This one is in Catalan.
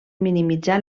minimitzar